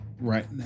right